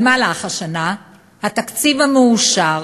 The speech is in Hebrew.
במהלך השנה התקציב המאושר